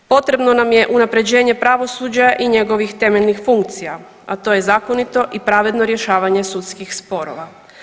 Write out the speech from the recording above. Potrebno nam je unapređenje pravosuđa i njegovih temeljnih funkcija, a to je zakonito i pravedno rješavanje sudskih sporova.